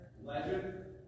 Legend